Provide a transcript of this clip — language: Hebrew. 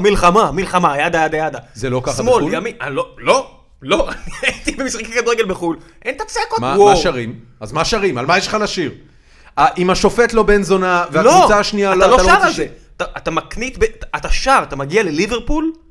מלחמה, מלחמה, ידה, ידה, ידה. שמאל, ימין... זה לא ככה בחול? לא, לא, לא, אני הייתי במשחק כדורגל בחול. אין את הצעקות. מה השרים? אז מה השרים? על מה יש לך לשיר? אם השופט לא בן זונה, והקבוצה השנייה... אתה לא שר על זה. אתה מקניט, אתה שר, אתה מגיע לליברפול.